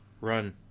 run